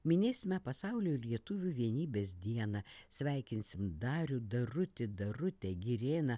minėsime pasaulio lietuvių vienybės dieną sveikinsim darių darutį darutę girėną